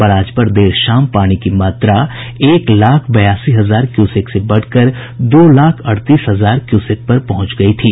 barrage पर देर शाम पानी की मात्रा एक लाख बयासी हजार क्यूसेक से बढ़कर दो लाख अड़तीस हजार क्यूसेक पर पहुंच गई थी